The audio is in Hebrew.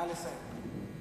נא לסיים.